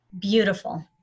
Beautiful